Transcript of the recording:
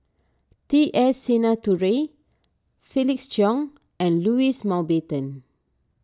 T S Sinnathuray Felix Cheong and Louis Mountbatten